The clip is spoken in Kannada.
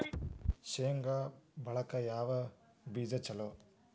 ಶೇಂಗಾ ಒಳಗ ಯಾವ ಬೇಜ ಛಲೋ?